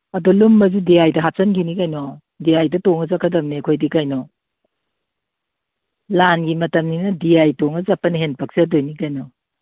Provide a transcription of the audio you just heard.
ꯑꯗꯨ ꯂꯨꯝꯃꯁꯨ ꯗꯤ ꯑꯥꯏꯗ ꯍꯥꯞꯆꯟꯈꯤꯅꯤ ꯀꯩꯅꯣ ꯗꯤ ꯑꯥꯏꯗ ꯇꯣꯡꯉ ꯆꯠꯀꯗꯕꯅꯦ ꯑꯩꯈꯣꯏꯗꯤ ꯀꯩꯅꯣ ꯂꯥꯟꯒꯤ ꯃꯇꯝꯅꯤꯅ ꯗꯤ ꯑꯥꯏ ꯇꯣꯡꯉ ꯆꯠꯄꯅ ꯍꯦꯟ ꯄꯛꯆꯗꯣꯏꯅꯤ ꯀꯩꯅꯣ